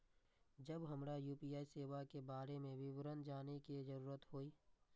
जब हमरा यू.पी.आई सेवा के बारे में विवरण जानय के जरुरत होय?